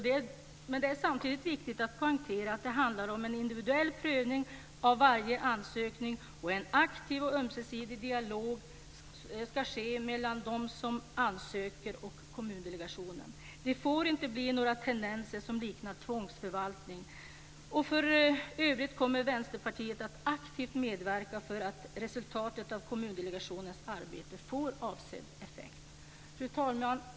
Det är samtidigt viktigt att poängtera att det handlar om en individuell prövning av varje ansökning, och en aktiv och ömsesidig dialog ska ske mellan den som ansöker och Kommundelegationen. Det får inte bli några tendenser som liknar tvångsförvaltning. För övrigt kommer Vänsterpartiet att aktivt medverka för att resultatet av Kommundelegationens arbete får avsedd effekt. Fru talman!